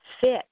fit